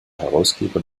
herausgeber